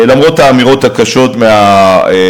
למרות האמירות הקשות מהאופוזיציה,